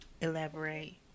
elaborate